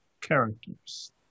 characters